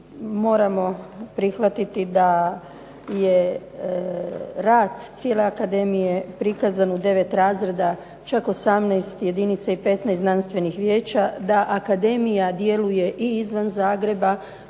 moramo prihvatiti da je rad cijele akademije prikazan u 9 razreda, čak 18 jedinica i 15 znanstvenih vijeća, da akademija djeluje i izvan Zagreba,